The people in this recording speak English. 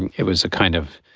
and it was a kind of.